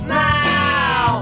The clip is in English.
now